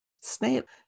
Snape